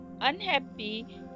unhappy